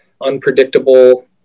unpredictable